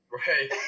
right